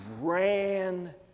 ran